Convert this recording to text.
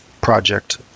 project